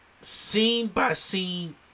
scene-by-scene